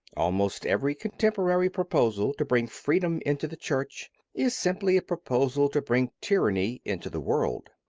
almost every contemporary proposal to bring freedom into the church is simply a proposal to bring tyranny into the world.